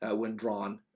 ah when drawn